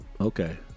Okay